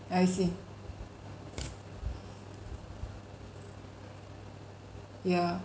I see yeah